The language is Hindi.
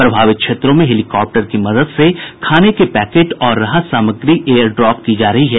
प्रभावित क्षेत्रों में हेलीकॉप्टर की मदद से खाने के पैकेट और राहत सामग्री एयर ड्राप की जा रही है